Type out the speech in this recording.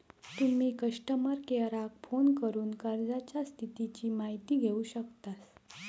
तुम्ही कस्टमर केयराक फोन करून कर्जाच्या स्थितीची माहिती घेउ शकतास